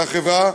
לחברה,